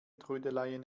trödeleien